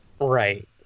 Right